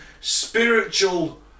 spiritual